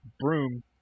broom